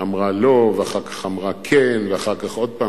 אמרה לא ואחר כך אמרה כן ואחר כך עוד פעם